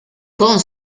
con